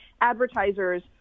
advertisers